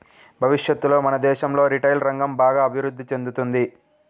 భవిష్యత్తులో మన దేశంలో రిటైల్ రంగం బాగా అభిరుద్ధి చెందుతుంది